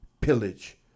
pillage